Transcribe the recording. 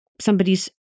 somebody's